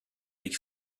avec